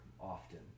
often